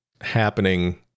happening